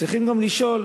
צריכים גם לשאול,